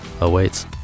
awaits